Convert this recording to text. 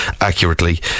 accurately